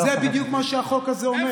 זה בדיוק מה שהחוק הזה אומר.